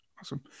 Awesome